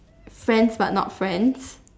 friends but not friends